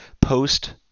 post